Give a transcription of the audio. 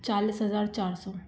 चालिस हज़ार चार सौ